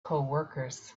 coworkers